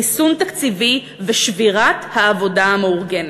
ריסון תקציבי ושבירת העבודה המאורגנת.